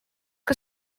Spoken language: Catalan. que